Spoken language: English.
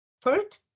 Third